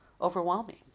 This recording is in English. overwhelming